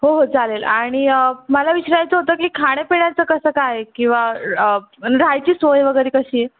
हो हो चालेल आणि मला विचारायचं होतं की खाण्यापिण्याचं कसं काय आहे किंवा राहायची सोय वगैरे कशी आहे